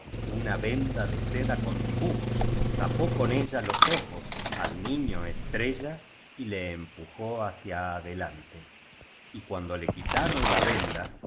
una venda de seda con dibujos tapó con ella los ojos al niñoestrella y le empujó hacia adelante y cuando le quitaron la